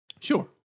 Sure